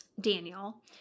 Daniel